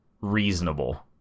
reasonable